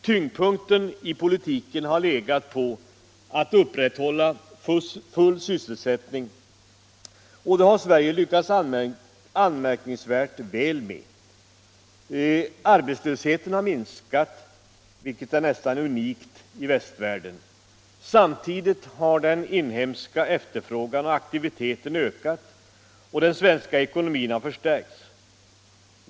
Tyngdpunkten i politiken har legat på att upprätthålla full sysselsättning, och det har Sverige lyckats anmärkningsvärt väl med. Arbetslösheten har minskat, vilket är nästan unikt i västvärlden. Samtidigt har den inhemska efterfrågan och aktiviteten ökat och den svenska ekonomin har förstärkts.